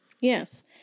Yes